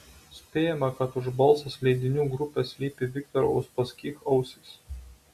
spėjama kad už balsas leidinių grupės slypi viktoro uspaskich ausys